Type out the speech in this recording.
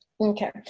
Okay